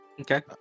Okay